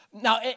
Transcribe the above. Now